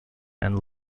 and